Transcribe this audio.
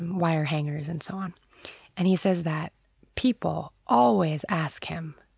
wire hangers and so on. and he says that people always ask him,